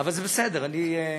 אבל זה בסדר, אני,